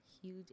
huge